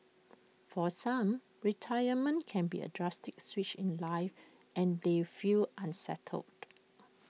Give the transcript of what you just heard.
for some retirement can be A drastic switch in life and they feel unsettled